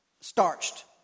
starched